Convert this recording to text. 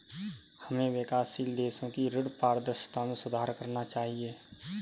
हमें विकासशील देशों की ऋण पारदर्शिता में सुधार करना चाहिए